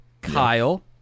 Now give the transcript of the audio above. Kyle